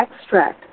extract